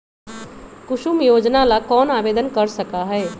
कुसुम योजना ला कौन आवेदन कर सका हई?